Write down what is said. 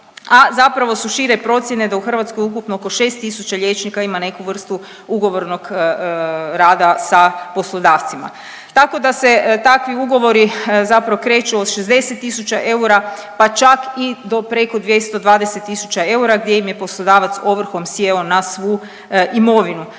A zapravo su šire procjene da je u Hrvatskoj ukupno oko 6000 liječnika ima neku vrstu ugovornog rada sa poslodavcima. Tako da se takvi ugovori zapravo kreću od 60 000 eura, pa čak i do preko 220 000 eura, gdje im je poslodavac ovrhom sjeo na svu imovinu.